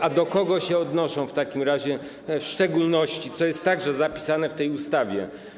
A do kogo się odnoszą w takim razie w szczególności, co jest także zapisane w tej ustawie?